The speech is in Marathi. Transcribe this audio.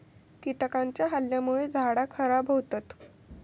कीटकांच्या हल्ल्यामुळे झाडा खराब होतत